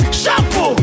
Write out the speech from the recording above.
shampoo